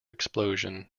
explosion